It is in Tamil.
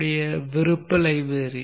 நம்முடைய விருப்ப லைப்ரரி